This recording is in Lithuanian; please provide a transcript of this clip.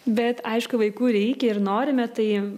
bet aišku vaikų reikia ir norime tai